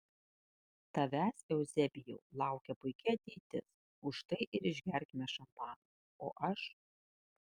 tavęs euzebijau laukia puiki ateitis už tai ir išgerkime šampano o aš